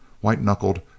white-knuckled